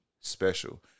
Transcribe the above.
special